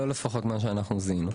לא לפי מה שאנחנו זיהינו.